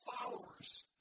followers